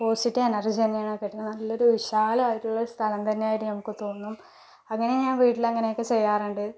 positive energy തന്നെയാണ് കിട്ടണത് നല്ലൊരു വിശാലമായിട്ടുള്ളൊരു സ്ഥലം തന്നെയായിട്ട് നമുക്ക് തോന്നും അങ്ങനെ ഞാൻ വീട്ടിലങ്ങനെയൊക്കെ ചെയ്യാറുണ്ട്